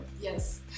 Yes